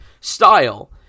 style